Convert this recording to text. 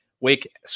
Wake